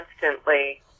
constantly